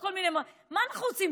מה אנחנו רוצים,